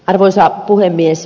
arvoisa puhemies